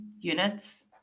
units